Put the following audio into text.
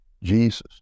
Jesus